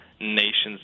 nations